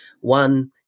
one